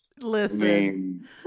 Listen